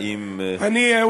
האם אנחנו